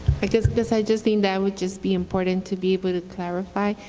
i guess because i just think that would just be important to be able to clarify.